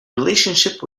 relationship